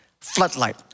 Floodlight